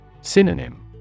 Synonym